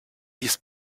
this